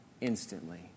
instantly